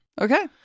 Okay